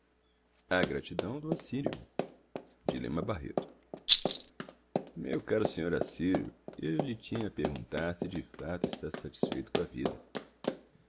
gratidão do assírio meu caro senhor assírio eu lhe tinha a perguntar se de fato está satisfeito com a vida